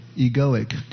egoic